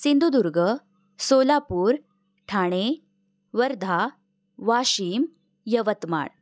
Sindhudurg Solapur Thane Wardha Washim Yavatmal